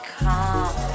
come